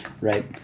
Right